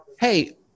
hey